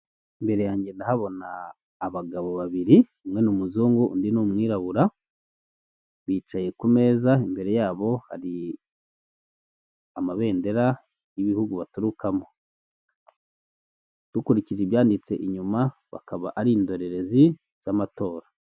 Imbere yanjye ndahabona abagabo babiri, umwe ni umuzungu, undi ni umwirabura, bicaye ku meza imbere yabo hari amabendera y'ibihugu baturukamo, dukurikije ibyanditse inyuma bakaba ari indorerezi z'amatora.